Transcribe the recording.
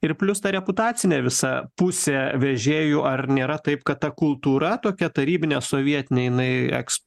ir plius ta reputacinė visa pusė vežėjų ar nėra taip kad ta kultūra tokia tarybinė sovietinė jinai eks